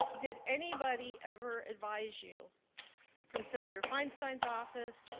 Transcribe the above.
did anybody ever advise you from senator feinstein's office,